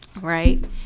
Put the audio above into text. Right